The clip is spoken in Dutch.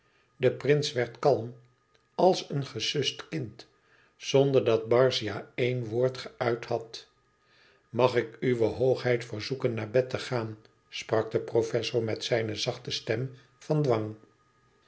de prins werd kalm als een gesust kind zonder dat barzia éen woord geuit had mag ik uwe hoogheid verzoeken naar bed te gaan sprak de professor met zijne zachte stem van dwang